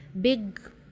big